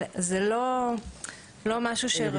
אבל זה לא משהו שרשום.